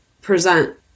present